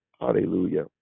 Hallelujah